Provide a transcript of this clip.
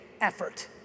effort